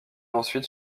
ensuite